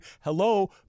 hello